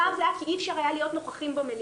הפעם זה היה כי אי אפשר היה להיות נוכחים במליאה.